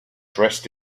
dressed